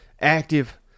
active